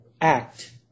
act